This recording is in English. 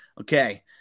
okay